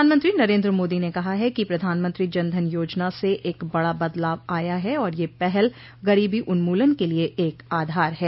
प्रधानमंत्री नरेन्द्र मोदी ने कहा है कि प्रधानमंत्री जन धन योजना से एक बडा बदलाव आया है और यह पहल गरीबी उन्मूलन के लिए एक आधार है